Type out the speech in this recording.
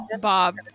Bob